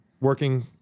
working